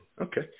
Okay